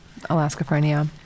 Alaskaphrenia